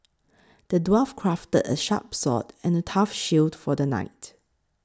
the dwarf crafted a sharp sword and a tough shield for the knight